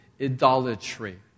idolatry